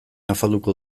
afalduko